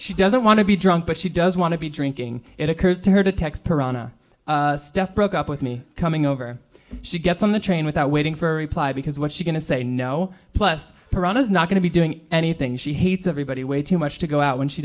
she doesn't want to be drunk but she does want to be drinking it occurs to her to text purana stuff broke up with me coming over she gets on the train without waiting for a reply because what's she going to say no plus iran is not going to be doing anything she hates everybody way too much to go out when she